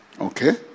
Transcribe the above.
Okay